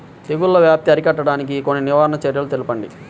తెగుళ్ల వ్యాప్తి అరికట్టడానికి కొన్ని నివారణ చర్యలు తెలుపండి?